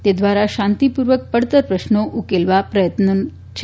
તે દ્વારા શાંતિપૂર્વક પડતર પ્રશ્નો ઉકેલવા પ્રયત્ન છે